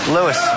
Lewis